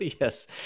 yes